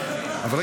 מס'